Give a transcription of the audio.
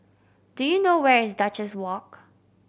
do you know where is Duchess Walk